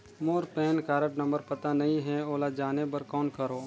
मोर PAN card number पता नहीं है, ओला जाने बर कौन करो?